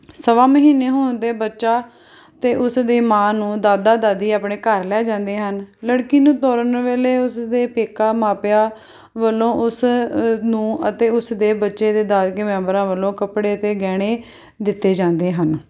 ਸਵਾ ਮਹੀਨੇ ਹੋਣ 'ਤੇ ਬੱਚਾ ਅਤੇ ਉਸ ਦੀ ਮਾਂ ਨੂੰ ਦਾਦਾ ਦਾਦੀ ਆਪਣੇ ਘਰ ਲੈ ਜਾਂਦੇ ਹਨ ਲੜਕੀ ਨੂੰ ਤੋਰਨ ਵੇਲੇ ਉਸਦੇ ਪੇਕਾ ਮਾਪਿਆਂ ਵੱਲੋਂ ਉਸ ਨੂੰ ਅਤੇ ਉਸਦੇ ਬੱਚੇ ਦੇ ਦਾਦਕੇ ਮੈਂਬਰਾਂ ਵੱਲੋਂ ਕੱਪੜੇ ਅਤੇ ਗਹਿਣੇ ਦਿੱਤੇ ਜਾਂਦੇ ਹਨ